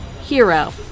Hero